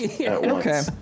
okay